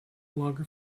longer